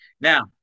Now